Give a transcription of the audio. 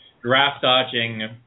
draft-dodging